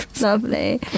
Lovely